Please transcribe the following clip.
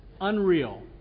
unreal